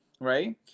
right